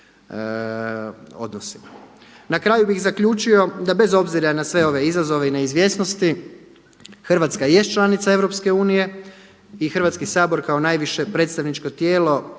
Na kraju bih zaključio da bez obzira na sve ove izazove i neizvjesnosti Hrvatska jest članica EU i Hrvatski sabor kao najviše predstavničko tijelo